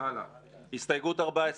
סעיף 4(א)(2)(א)